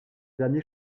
dernier